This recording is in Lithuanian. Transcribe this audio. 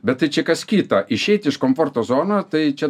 bet tai čia kas kita išeit iš komforto zono tai čia